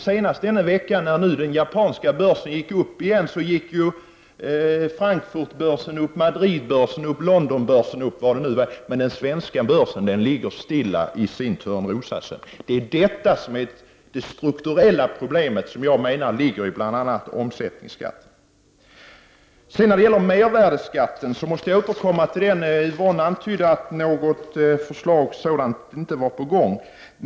Senast denna vecka, när den japanska börsen gick upp, gick Frankfurtbörsen, Madridbörsen och Londonbörsen upp, medan den svenska börsen låg stilla i sin Törnrosasömn. Detta är det strukturella problem som ligger i bl.a. omsättningsskatten. När det gäller mervärdeskatten antydde Yvonne Sandberg-Fries att något förslag inte var på gång.